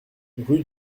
rue